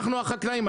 אנחנו החקלאים,